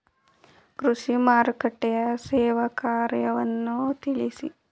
ಕೃಷಿ ಮಾರುಕಟ್ಟೆಯ ಸೇವಾ ಕಾರ್ಯವನ್ನು ತಿಳಿಸಿ?